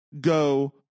go